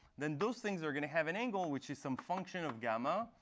then those things are going to have an angle, which is some function of gamma.